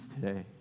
today